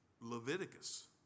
Leviticus